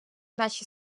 наші